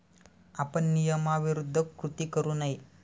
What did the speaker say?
आपण नियमाविरुद्ध कृती करू नये